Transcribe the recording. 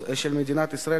ולמעשה יש להם